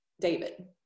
David